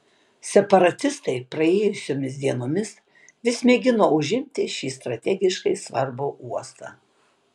separatistai praėjusiomis dienomis vis mėgino užimti šį strategiškai svarbų uostą